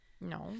No